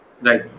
Right